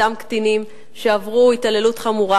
אותם קטינים שעברו התעללות חמורה,